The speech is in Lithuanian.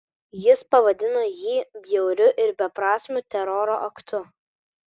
jis pavadino jį bjauriu ir beprasmiu teroro aktu